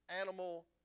animal